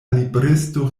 libristo